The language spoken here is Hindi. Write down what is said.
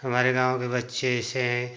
हमारे गाँव के बच्चे से